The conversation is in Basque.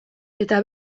eta